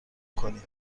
کنیم